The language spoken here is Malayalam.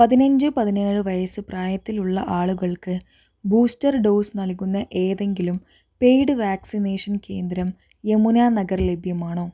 പതിനഞ്ച് പതിനേഴ് വയസ്സ് പ്രായത്തിലുള്ള ആളുകൾക്ക് ബൂസ്റ്റർ ഡോസ് നൽകുന്ന ഏതെങ്കിലും പെയ്ഡ് വാക്സിനേഷൻ കേന്ദ്രം യമുനാനഗറിൽ ലഭ്യമാണോ